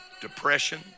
depression